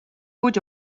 kuud